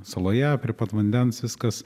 saloje prie pat vandens viskas